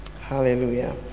Hallelujah